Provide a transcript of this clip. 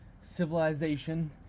civilization